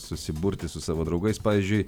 susiburti su savo draugais pavyzdžiui